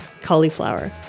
cauliflower